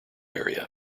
area